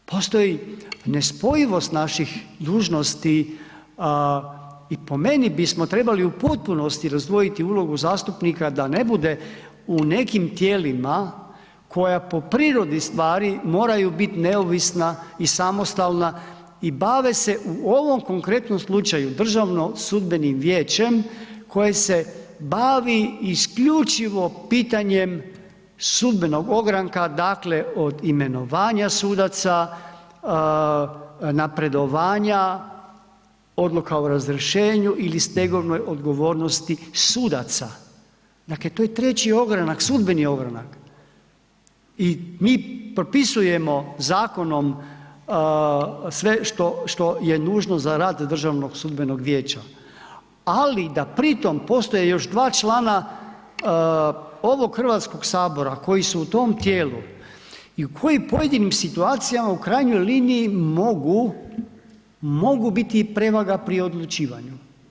Postoji nespojivost naših dužnosti i po meni bismo trebali u potpunosti razdvojiti ulogu zastupnika da ne bude u nekim tijelima koja po prirodi stvari moraju biti neovisna i samostalna i bave se u ovom konkretnom slučaju DSV-om koje se bavi isključivo pitanje sudbenog ogranka dakle, od imenovanja sudaca, napredovanja, odluka o razrješenju ili stegovnoj odgovornosti sudaca, dakle to je trći ogranak, sudbeni ogranak i mi propisujemo zakonom sve što je nužno za rad DSV-a, ali da pritom postoje još dva člana ovog HS-a koji su u tom tijelu i koji u pojedinim situacijama u krajnjoj liniji mogu biti i prevaga pri odlučivanju.